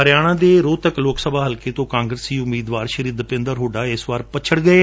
ਹਰਿਆਣਾ ਦੇ ਰੋਹਤਕ ਲੋਕ ਸਭਾ ਹਲਕੇ ਤੋਂ ਕਾਂਗਰਸੀ ਉਮੀਦਵਾਰ ਦਪਿੰਦਰ ਹੁੱਡਾ ਇਸ ਵਾਰ ਪੱਛੜ ਗਏ